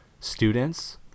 students